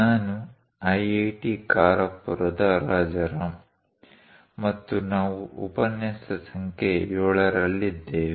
ನಾನು IIT ಖರಗ್ಪುರದ ರಾಜರಾಮ್ ಮತ್ತು ನಾವು ಉಪನ್ಯಾಸ ಸಂಖ್ಯೆ 7 ರಲ್ಲಿದ್ದೇವೆ